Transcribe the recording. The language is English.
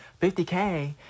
50K